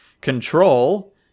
control